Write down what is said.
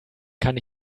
kann